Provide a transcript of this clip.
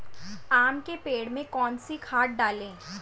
आम के पेड़ में कौन सी खाद डालें?